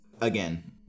Again